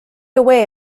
away